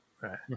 right